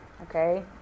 Okay